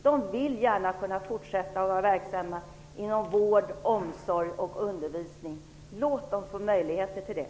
De vill gärna kunna fortsätta vara verksamma inom vård, omsorg och undervisning. Låt dem få möjlighet till det.